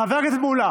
חבר הכנסת מולא.